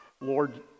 Lord